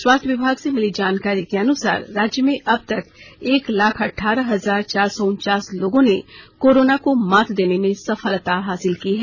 स्वास्थ्य विभाग से मिली जानकारी के अनुसार राज्य में अब तक एक लाख अठ्ठारह हजार चार सौ उनचास लोगों ने कोरोना को मात देने में सफलता हासिल की है